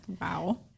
Wow